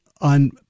on